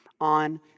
On